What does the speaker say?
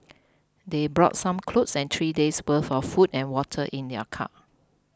they brought some clothes and three days' worth of food and water in their car